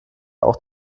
auch